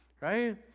right